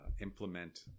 implement